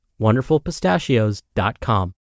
wonderfulpistachios.com